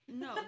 no